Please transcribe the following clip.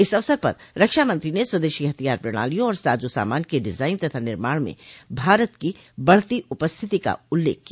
इस अवसर पर रक्षा मंत्री ने स्वदेशी हथियार प्रणालियों और साजों सामान के डिजाइन तथा निर्माण में भारत की बढ़ती उपस्थित का उल्लेख किया